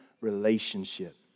relationship